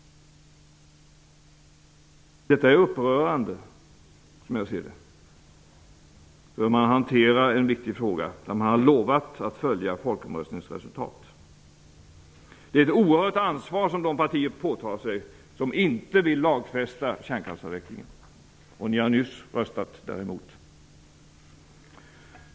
Det är upprörande hur man hanterar en så viktig fråga, där man har lovat att följa folkomröstningens resultat. Det är ett oerhört ansvar som de partier påtar sig, som inte vill lagfästa kärnkraftsavvecklingen. Ni har nyss röstat emot det.